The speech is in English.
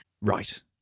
Right